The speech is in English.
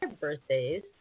birthdays